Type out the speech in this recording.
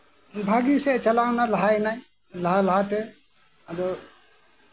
ᱵᱷᱟᱹᱜᱤ ᱥᱮᱜ ᱮ ᱪᱟᱞᱟᱣ ᱮᱱᱟᱭ ᱞᱟᱦᱟᱭᱮᱱᱟᱭ ᱞᱟᱦᱟ ᱞᱟᱦᱟᱛᱮ ᱟᱫᱚ